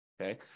Okay